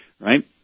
right